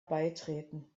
beitreten